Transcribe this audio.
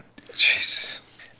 Jesus